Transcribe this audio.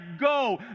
go